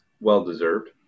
Well-deserved